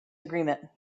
agreement